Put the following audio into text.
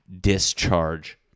discharge